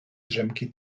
drzemki